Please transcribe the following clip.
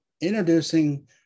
introducing